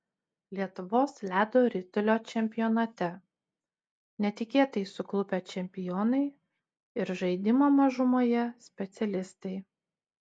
lietuvos ledo ritulio čempionate netikėtai suklupę čempionai ir žaidimo mažumoje specialistai